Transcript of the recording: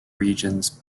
regions